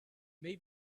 may